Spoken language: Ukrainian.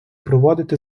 проводити